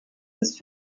ist